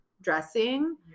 dressing